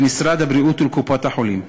למשרד הבריאות ולקופות-החולים.